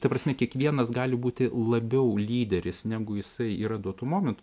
ta prasme kiekvienas gali būti labiau lyderis negu jisai yra duotu momentu